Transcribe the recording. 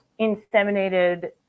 inseminated